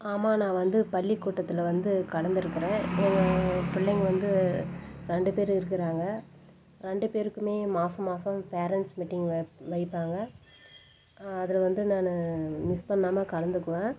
ஆமாம் நான் வந்து பள்ளிக்கூட்டத்தில் வந்து கலந்துருக்கிறேன் அவங்க பிள்ளைங்க வந்து ரெண்டு பேர் இருக்கிறாங்க ரெண்டு பேருக்குமே மாசம் மாசம் பேரண்ட்ஸ் மீட்டிங் வப் வைப்பாங்க அதில் வந்து நான் மிஸ் பண்ணாமல் கலந்துக்குவேன்